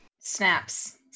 Snaps